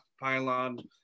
pylon